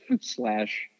slash